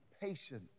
patience